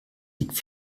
league